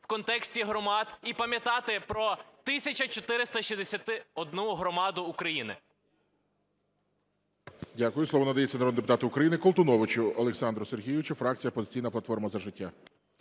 в контексті громад і пам'ятати про 1461 громаду України.